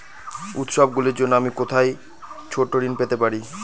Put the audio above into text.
উত্সবগুলির জন্য আমি কোথায় ছোট ঋণ পেতে পারি?